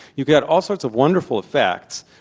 you get all sorts of wonderful effects.